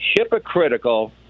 hypocritical